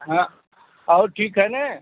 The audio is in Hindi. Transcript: हाँ और ठीक है ना